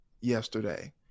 yesterday